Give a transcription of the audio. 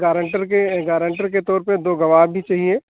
guarantor के guarantor के तौर पर दो गवाह भी चाहिए